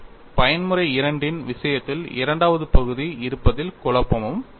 பயன்முறை II இன் விஷயத்தில் இரண்டாவது பகுதி இருப்பதில் குழப்பமும் இல்லை